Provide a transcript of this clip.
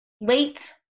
late